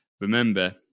Remember